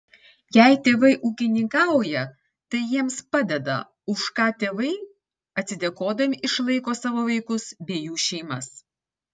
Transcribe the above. jei tėvai ūkininkauja tai jiems padeda už ką tėvai atsidėkodami išlaiko savo vaikus bei jų šeimas